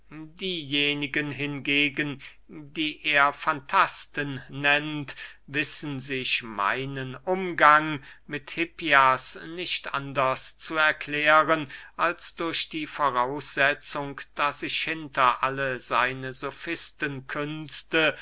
diejenigen hingegen die er fantasten nennt wissen sich meinen umgang mit hippias nicht anders zu erklären als durch die voraussetzung daß ich hinter alle seine